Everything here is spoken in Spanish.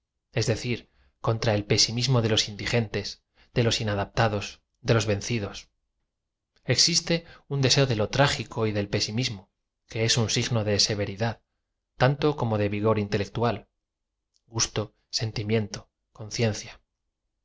es decir contra el pesimismo de los indigentes de los in adaptados de los vencidos existe un deseo de lo tr c o y del pesimismo que es ub signo de severidad tanto como de v ig o r intelectual gusto sentimiento conciencia